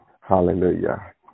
Hallelujah